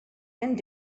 and